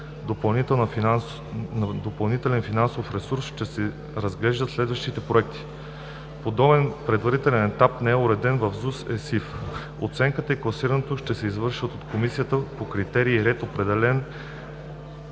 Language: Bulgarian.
допълнителен финансов ресурс ще се разглеждат следващите проекти. Подобен предварителен етап не е уреден в ЗУСЕСИФ. Оценката и класирането ще се извършват от комисия по критерии и ред, определени